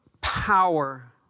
power